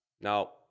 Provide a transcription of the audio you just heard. Now